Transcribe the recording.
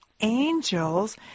angels